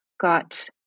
got